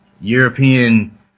European